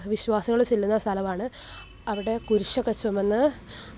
വിശ്വാസികൾ ചെല്ലുന്ന സ്ഥലമാണ് അവിടെ കുരിശ് ഒക്കെ ചുമന്ന്